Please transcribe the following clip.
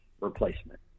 replacement